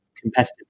competitive